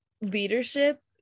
leadership